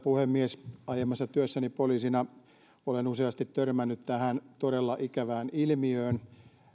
puhemies aiemmassa työssäni poliisina olen useasti törmännyt tähän todella ikävään ilmiöön